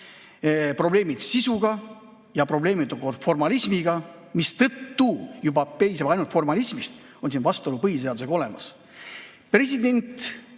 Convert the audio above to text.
probleemid sisuga ja probleemid formalismiga, mistõttu juba ainult formalismi tõttu on siin vastuolu põhiseadusega olemas. Ega